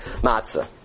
matzah